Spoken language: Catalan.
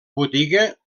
botiga